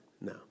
No